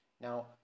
now